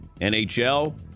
NHL